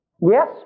Yes